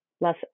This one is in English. less